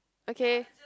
okay